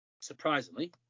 Surprisingly